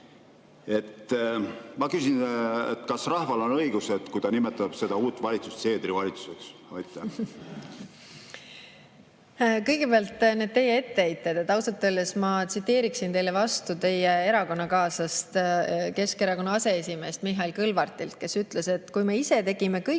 Ma küsin: kas rahval on õigus, kui ta nimetab uut valitsust Seedri valitsuseks? Kõigepealt, need teie etteheited. Ausalt öeldes ma tsiteeriksin teile teie erakonnakaaslast, Keskerakonna aseesimeest Mihhail Kõlvartit, kes ütles: "Kui me ise tegime kõik